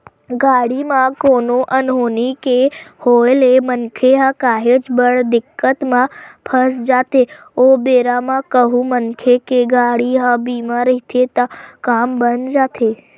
गाड़ी म कोनो अनहोनी के होय ले मनखे ह काहेच बड़ दिक्कत म फस जाथे ओ बेरा म कहूँ मनखे के गाड़ी ह बीमा रहिथे त काम बन जाथे